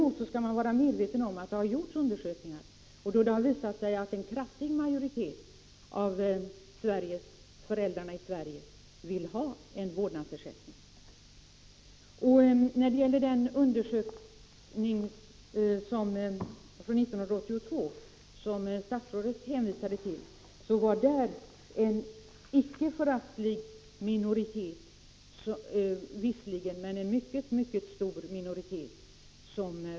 Och man skall vara medveten om att det har gjorts undersökningar där det har visat sig att en kraftig majoritet av föräldrarna vill ha vårdnadsersättning.